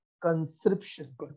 conscription